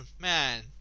man